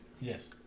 Yes